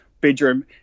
bedroom